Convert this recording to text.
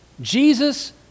Jesus